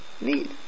need